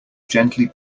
gently